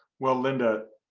well linda,